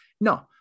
No